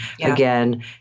Again